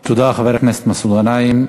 תודה, חבר הכנסת מסעוד גנאים.